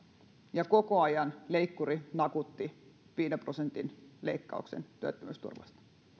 ja koko ajan leikkuri nakutti viiden prosentin leikkauksen työttömyysturvasta